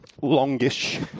longish